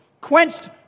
quenched